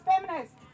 feminists